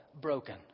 broken